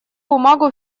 бумагу